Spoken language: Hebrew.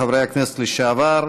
חברי הכנסת לשעבר.